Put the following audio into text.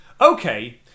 okay